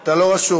אתה לא רשום.